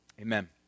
Amen